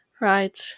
Right